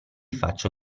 faccio